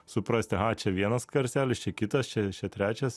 suprast aha čia vienas garselis čia kitas čia čia trečias